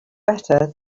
better